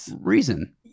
reason